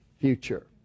future